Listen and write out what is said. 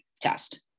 test